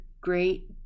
great